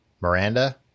Miranda